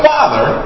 Father